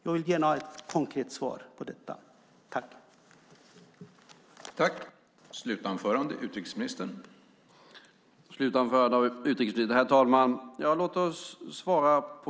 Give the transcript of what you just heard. Jag vill gärna ha ett konkret svar på detta.